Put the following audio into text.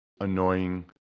annoying